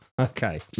Okay